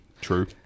True